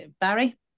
Barry